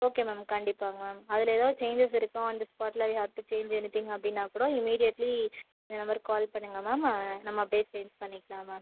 okay ma'am கண்டிப்பாங்க ma'am அதில் ஏதாவது சேஞ்சஸ் இருக்கா ஆன் த ஸ்பாட்டில் we have to change any thing அப்படின்னா கூட இமீடியட்லி இந்த நம்பருக்கு கால் பண்ணுங்கள் மேம் நம்ம அப்டி சேஞ்ச் பண்ணிக்கலாம் மேம்